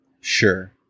Sure